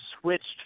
switched